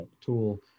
tool